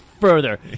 further